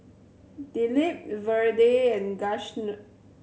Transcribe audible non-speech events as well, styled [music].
Dilip Vedre and [unintelligible]